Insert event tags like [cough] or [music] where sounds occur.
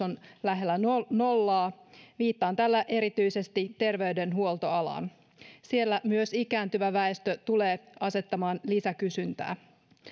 [unintelligible] on lähellä nollaa viittaan tällä erityisesti terveydenhuoltoalaan siellä myös ikääntyvä väestö tulee asettamaan lisäkysyntää